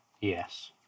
Yes